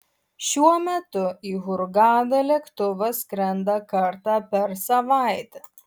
šiuo metu į hurgadą lėktuvas skrenda kartą per savaitę